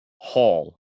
hall